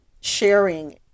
sharing